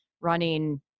running